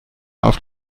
auf